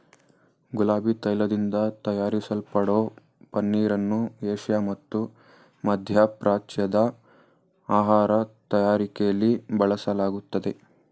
ಗುಲಾಬಿ ತೈಲದಿಂದ ತಯಾರಿಸಲ್ಪಡೋ ಪನ್ನೀರನ್ನು ಏಷ್ಯಾ ಮತ್ತು ಮಧ್ಯಪ್ರಾಚ್ಯದ ಆಹಾರ ತಯಾರಿಕೆಲಿ ಬಳಸಲಾಗ್ತದೆ